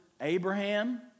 Abraham